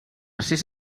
sis